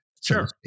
Sure